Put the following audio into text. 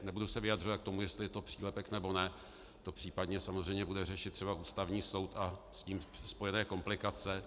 Nebudu se vyjadřovat k tomu, jestli to je přílepek, nebo ne, to případně samozřejmě bude řešit třeba Ústavní soud a s ním spojené komplikace.